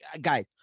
Guys